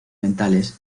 mentales